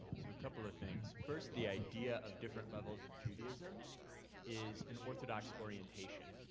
so couple of things. first the idea of different levels of judaism is an orthodox orientation,